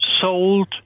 sold